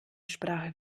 sprache